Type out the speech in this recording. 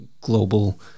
global